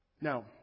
Now